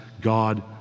God